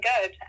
good